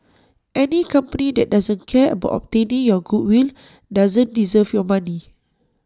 any company that doesn't care about obtaining your goodwill doesn't deserve your money